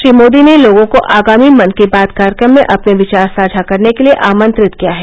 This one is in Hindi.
श्री मोदी ने लोगों को आगामी मन की बात कार्यक्रम में अपने विचार साझा करने के लिए आमंत्रित किया है